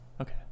Okay